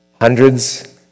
hundreds